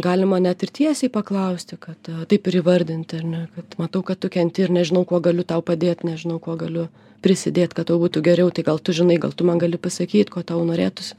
galima net ir tiesiai paklausti kad taip ir įvardinti ar ne kad matau kad tu kenti ir nežinau kuo galiu tau padėt nežinau kuo galiu prisidėt kad tau būtų geriau tai gal tu žinai gal tu man gali pasakyt ko tau norėtųsi